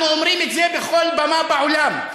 אנחנו אומרים את זה בכל במה בעולם,